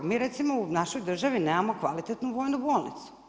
Mi recimo u našoj državi nemamo kvalitetnu vojnu bolnicu.